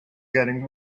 getting